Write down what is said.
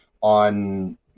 on